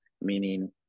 meaning